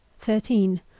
thirteen